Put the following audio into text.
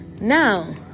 now